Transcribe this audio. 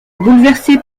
bouleversé